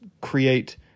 create